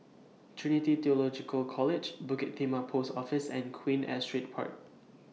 Trinity Theological College Bukit Timah Post Office and Queen Astrid Park